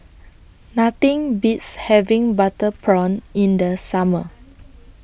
Nothing Beats having Butter Prawn in The Summer